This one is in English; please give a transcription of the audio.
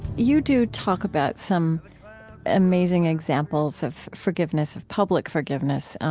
you do talk about some amazing examples of forgiveness, of public forgiveness,